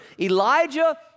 Elijah